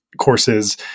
courses